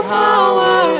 power